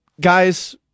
Guys